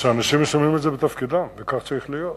שאנשים משלמים על זה בתפקידם, וכך צריך להיות.